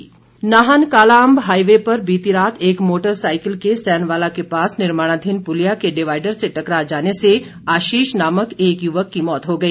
मौत नाहन कालाअंब हाईवे पर बीती रात एक मोटर साइकिल के सैनवाला के पास निर्माणाधीन पुलिया के डिवाइडर से टकरा जाने से आशीष नामक एक युवक की मौत हो गई